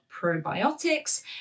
probiotics